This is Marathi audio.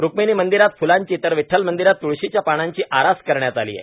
रुक्मिणी मंदिरात फ्लांची तर विठ्ठल मंदिरात त्ळशीच्या पानांची आरास करण्यात आली आहे